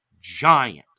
giant